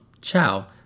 ciao